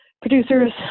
producers